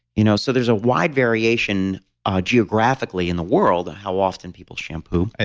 you know so, there's a wide variation ah geographically in the world how often people shampoo.